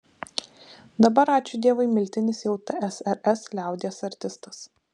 dabar ačiū dievui miltinis jau tsrs liaudies artistas